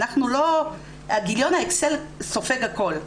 גיליון האקסל סופג הכל.